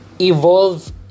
evolve